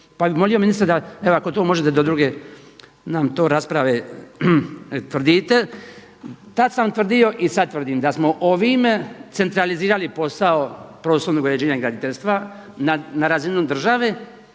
pa bih molio ministra da evo ako to možete do druge nam to rasprave utvrdite. Tad sam tvrdio i sada tvrdim da smo ovime centralizirali posao prostornog uređenja graditeljstva na razini države,